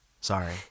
Sorry